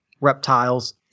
reptiles